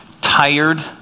tired